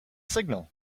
signal